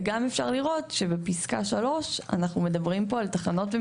וגם אפשר לראות שבפסקה 3 אנחנו מדברים פה על תחנות,